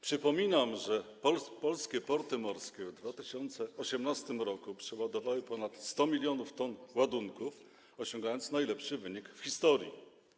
Przypominam, że polskie porty morskie w 2018 r. przeładowały ponad 100 mln t ładunków, osiągając najlepszy wynik w historii.